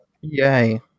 Yay